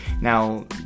now